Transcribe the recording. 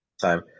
time